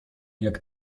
jak